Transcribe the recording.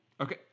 okay